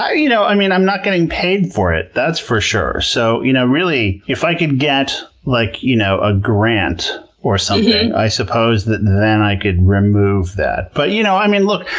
you know, i mean, i'm not getting paid for it, that's for sure. so you know really, if i could get like, you know, a grant or something, i suppose that then i could remove that. but you know i mean, look,